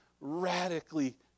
radically